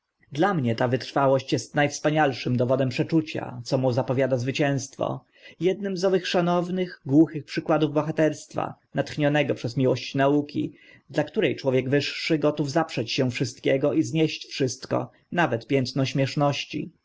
dla mnie ta wytrwałość est na wspanialszym dowodem przeczucia co mu zapowiada zwycięstwo ednym z owych szanownych głuchych przykładów bohaterstwa natchnionego przez miłość nauki dla które człowiek wyższy gotów zaprzeć się wszystkiego i znieść wszystko nawet piętno śmieszności